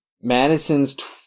Madison's